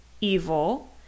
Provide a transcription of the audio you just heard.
evil